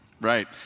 Right